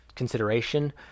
consideration